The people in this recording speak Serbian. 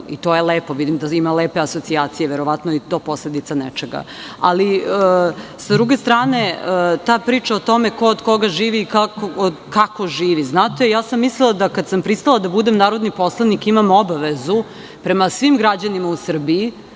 i to je lepo. Vidim da ima lepe asocijacije. Verovatno je i to posledica nečega.S druge strane, ta priča o tome ko od koga živi, kako živi, mislila sam da, kada sam pristala da budem narodni poslanik, imam obavezu prema svim građanima u Srbiji